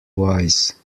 wise